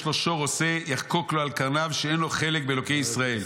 לו שור או שה יחקוק לו על קרניו שאין לו חלק באלוקי ישראל.